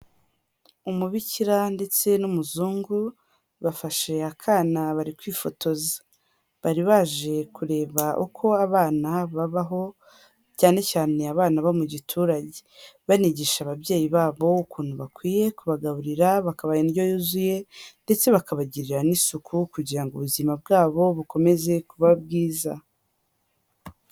Umubikira ndetse n'umuzungu bafashe akana bari kwifotoza. Bari baje kureba uko abana babaho cyane cyane abana bo mu giturage, banigisha ababyeyi babo ukuntu bakwiye kubagaburira, bakaba indyo yuzuye ndetse bakabagirira n'isuku kugira ngo ubuzima bwabo bukomeze kuba bwiza.